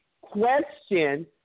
question